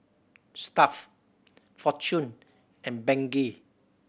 Stuff Fortune and Bengay